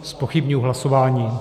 Zpochybňuji hlasování.